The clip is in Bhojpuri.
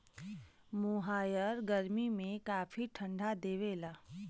मोहायर गरमी में काफी ठंडा देवला